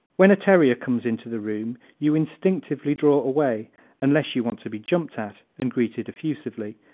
when a terrier comes into the room you instinctively draw away unless you want to be jumped at and greeted effusively.